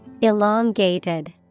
Elongated